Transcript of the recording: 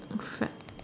fact